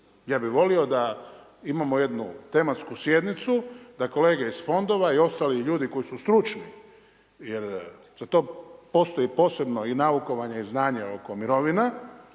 Ja bih volio da imamo jednu tematsku sjednicu, da kolege iz fondova i ostali ljudi koji su stručni jer za to postoji posebno i naukovanje i znanje oko mirovina,